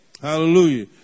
Hallelujah